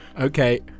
Okay